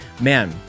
man